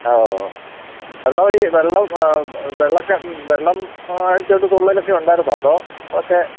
ഓ വെള്ളമടി വെള്ളം വെള്ളം ഒക്കെ വെള്ളം അടിച്ചുകൊണ്ട് തുള്ളലൊക്കെ ഉണ്ടായിരുന്നോ അതോ ഒക്കെ